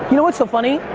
you know what's so funny?